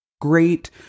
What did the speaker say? great